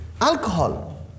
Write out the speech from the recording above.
alcohol